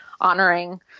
honoring